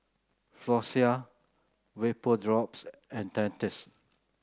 Floxia Vapodrops and Dentiste